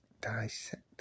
dissect